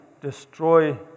destroy